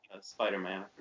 Spider-Man